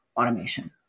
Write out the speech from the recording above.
automation